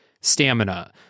stamina